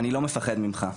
אני לא מפחד ממך".